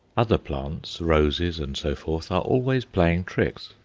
other plants roses and so forth are always playing tricks.